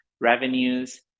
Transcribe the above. revenues